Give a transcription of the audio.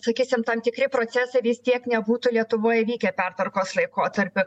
sakysim tam tikri procesai vis tiek nebūtų lietuvoj įvykę pertvarkos laikotarpiu